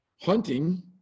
hunting